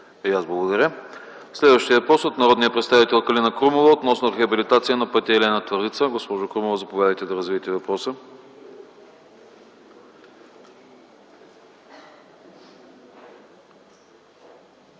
И аз благодаря. Следващият въпрос е от народния представител Калина Крумова относно рехабилитация на пътя Елена – Твърдица. Заповядайте да развиете въпроса,